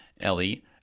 ellie